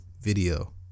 video